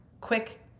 quick